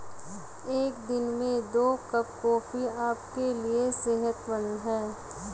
एक दिन में दो कप कॉफी आपके लिए सेहतमंद है